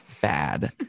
bad